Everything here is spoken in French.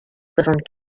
soixante